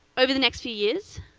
over the next few years,